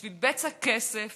בשביל בצע כסף